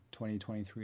2023